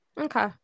Okay